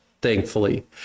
Thankfully